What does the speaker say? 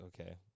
Okay